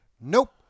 Nope